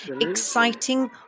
exciting